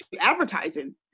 advertising